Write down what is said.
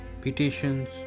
petitions